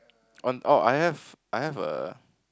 on oh I have I have a